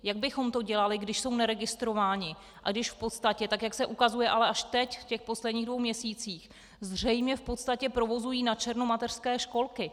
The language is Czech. Jak bychom to dělali, když jsou neregistrováni a když v podstatě, tak jak se ukazuje ale až teď v posledních dvou měsících, zřejmě v podstatě provozují načerno mateřské školky?